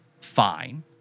fine